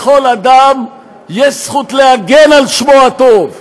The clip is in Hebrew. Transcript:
לכל אדם יש זכות להגן על שמו הטוב.